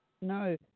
No